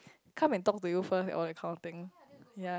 come and talk to you first and all that kind of thing yea